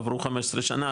עברו 15 שנה,